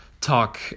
talk